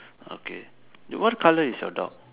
okay what color is your dog